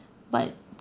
but